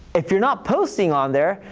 if you're not posting on there,